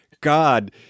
God